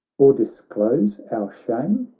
or disclose our shame?